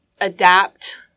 adapt